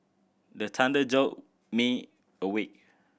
the thunder jolt me awake